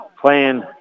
playing